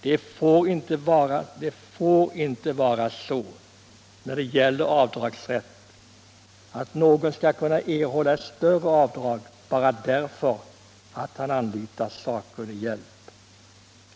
Det får inte vara så när det gäller avdragsmöjligheter, att någon skall kunna erhålla ett större avdrag bara därför att han anlitat sakkunnig hjälp.